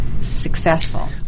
successful